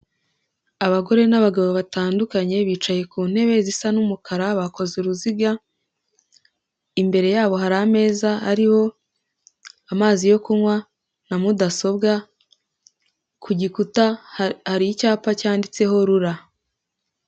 Abagore n'abagabo batandukanye bicaye ku ntebe zisa n'umukara bakoze uruziga, imbere yabo hari ameza ariho amazi yo kunywa na mudasobwa, ku gikuta hari icyapa cyanditseho RURA.